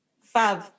Fab